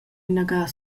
inaga